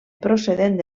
procedent